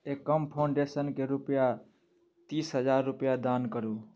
एकम फाउण्डेशनके रुपैआ तीस हजार रुपैआ दान करू